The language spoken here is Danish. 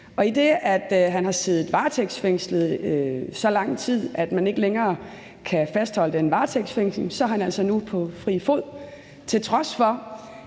idet han har siddet varetægtsfængslet i så lang tid, at man ikke længere kan fastholde den varetægtsfængsling, så er han altså nu på fri fod,